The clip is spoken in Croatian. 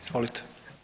Izvolite.